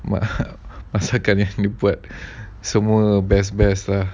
mak masakan yang dia buat semua best best lah